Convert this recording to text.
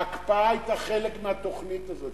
ההקפאה היתה חלק מהתוכנית הזאת,